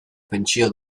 pentsio